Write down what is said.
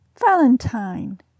Valentine